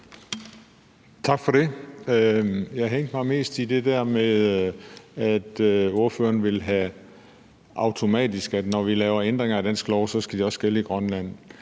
Tak for det. Jeg hængte mig mest i det der med, at ordføreren vil have, at det, når vi laver ændringer af dansk lov, automatisk også skal gælde i Grønland.